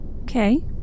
Okay